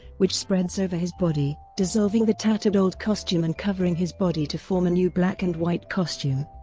which spreads over his body, dissolving the tattered old costume and covering his body to form a new black and white costume.